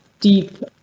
deep